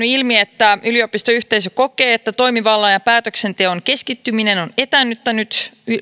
ilmi että yliopistoyhteisö kokee että toimivallan ja päätöksenteon keskittyminen on etäännyttänyt